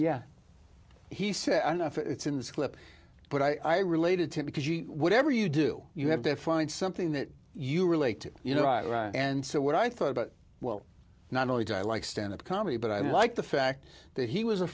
yeah he said i don't know if it's in this clip but i related to him because whatever you do you have to find something that you relate to you know and so what i thought about well not only did i like stand up comedy but i liked the fact that he was a